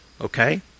Okay